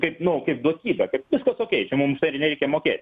kaip nu kaip duotybę kad viskas okey čia mum už tai ir nereikia mokėt